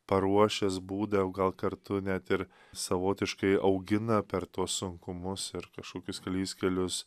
paruošęs būdą o gal kartu net ir savotiškai augina per tuos sunkumus ir kašokius klystkelius